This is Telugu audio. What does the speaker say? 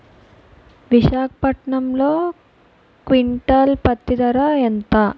విశాఖపట్నంలో క్వింటాల్ పత్తి ధర ఎంత?